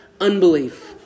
unbelief